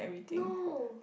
no